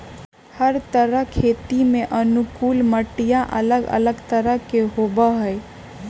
हर तरह खेती के अनुकूल मटिया अलग अलग तरह के होबा हई